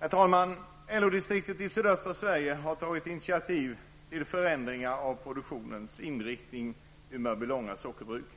Herr talman! LO-distriktet i sydöstra Sverige har tagit initiativ till förändringar av produktionens inriktning vid Mörbylånga sockerbruk.